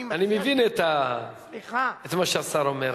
אני מבין את מה שהשר אומר,